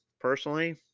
personally